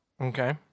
Okay